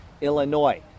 Illinois